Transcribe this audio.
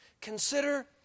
Consider